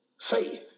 faith